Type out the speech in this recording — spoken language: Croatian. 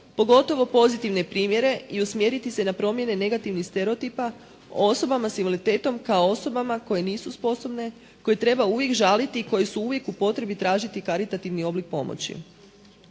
pogotovo pozitivne primjere i usmjeriti se na promjene negativnih stereotipa o osobama s invaliditetom kao osobama koje nisu sposobne, koje treba uvijek žaliti i koji su uvijek u potrebi tražiti karitativni oblik pomoći.